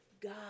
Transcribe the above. God